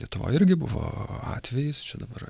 lietuvoj irgi buvo atvejis čia dabar